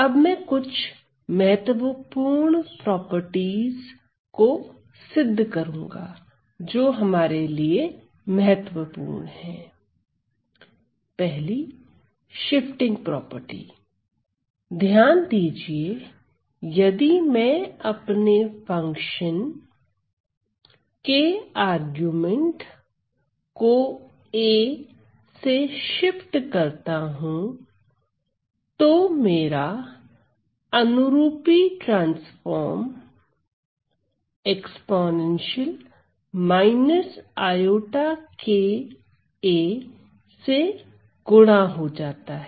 अब मैं कुछ महत्वपूर्ण प्रगुणों को सिद्ध करूंगा जो हमारे लिए महत्वपूर्ण है 1शिफ्टिंग प्रॉपर्टी ध्यान दीजिए यदि मैं अपने फंक्शन के आर्गुमेंट को a से शिफ्ट करता हूं तू मेरा अनुरूपी ट्रांसफार्म से गुणा हो जाता है